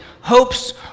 hopes